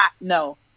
no